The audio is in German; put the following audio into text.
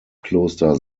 kloster